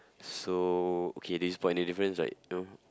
so okay do you spot any difference right no